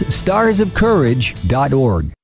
starsofcourage.org